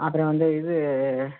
அப்புறம் வந்து இது